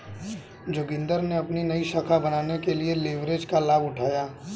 जोगिंदर ने अपनी नई शाखा बनाने के लिए लिवरेज का लाभ उठाया